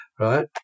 Right